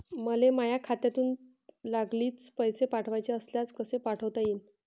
मले माह्या खात्यातून लागलीच पैसे पाठवाचे असल्यास कसे पाठोता यीन?